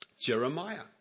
Jeremiah